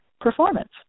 performance